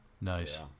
Nice